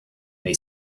may